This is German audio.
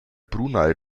brunei